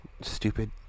stupid